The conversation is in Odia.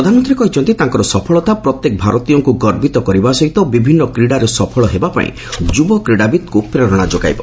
ପ୍ରଧାନମନ୍ତ୍ରୀ କହିଛନ୍ତି ତାଙ୍କର ସଫଳତା ପ୍ରତ୍ୟେକ ଭାରତୀୟଙ୍କୁ ଗର୍ବିତ କରିବା ସହିତ ବିଭିନ୍ନ କ୍ରୀଡ଼ାରେ ସଫଳ ହେବା ପାଇଁ ଯୁବ କ୍ରୀଡ଼ାବିତ୍ଙ୍କ ପ୍ରେରଣା ଯୋଗାଇବ